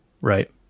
right